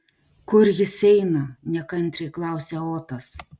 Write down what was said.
kur jis eina nekantriai klausia otas